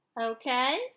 Okay